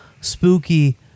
spooky